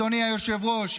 אדוני היושב-ראש,